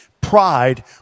Pride